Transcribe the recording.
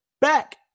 back